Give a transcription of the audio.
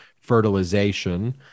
fertilization